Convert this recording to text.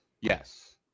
yes